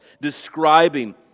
describing